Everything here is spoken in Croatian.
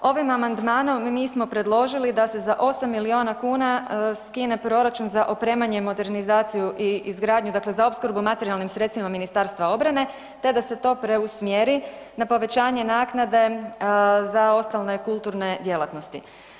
Ovim amandmanom mi smo predložili da se za 8 milijuna kuna skine proračun za opremanje i modernizaciju i izgradnju dakle, za opskrbu materijalnim sredstvima MORH-a te da se to preusmjeri na povećanje naknade za ostale kulturne djelatnosti.